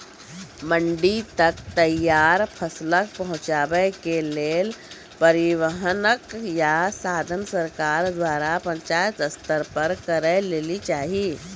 मंडी तक तैयार फसलक पहुँचावे के लेल परिवहनक या साधन सरकार द्वारा पंचायत स्तर पर करै लेली चाही?